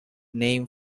name